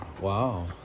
Wow